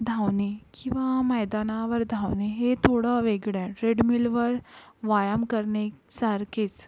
धावणे किंवा मैदानावर धावणे हे थोडं वेगळं आहे ट्रेडमिलवर व्यायाम करणे सारखेच